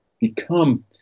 become